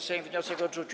Sejm wniosek odrzucił.